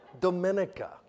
Dominica